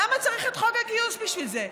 למה צריך את חוק הגיוס בשביל זה?